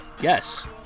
Yes